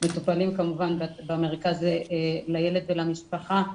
מטופלים כמובן במרכז לילד ולמשפחה,